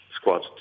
squad